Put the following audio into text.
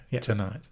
tonight